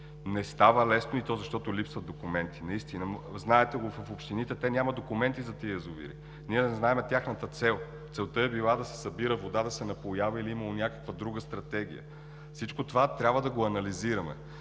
Не става лесно, и то защото липсват документи. Знаете го, в общините нямат документи за тези язовири. Ние не знаем тяхната цел. Целта е била да се събира вода, да се напоява или е имало някаква друга стратегия? Всичко това трябва да го анализираме.